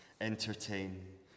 entertain